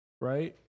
right